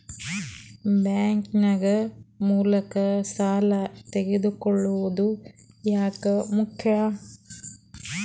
Bank ನ ಮೂಲಕ ಸಾಲ ತಗೊಳ್ಳೋದು ಯಾಕ ಮುಖ್ಯ?